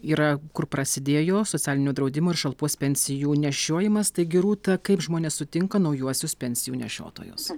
yra kur prasidėjo socialinio draudimo ir šalpos pensijų nešiojimas taigi rūta kaip žmonės sutinka naujuosius pensijų nešiotojus